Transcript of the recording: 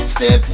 Step